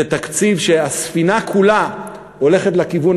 זה תקציב שהספינה כולה הולכת בו לכיוון